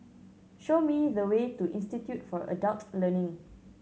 show me the way to Institute for Adult Learning